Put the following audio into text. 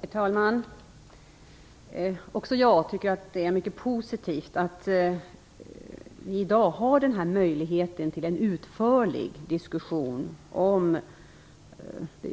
Herr talman! Även jag tycker att det är mycket positivt att vi i dag har den här möjligheten till en utförlig diskussion om den